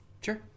Sure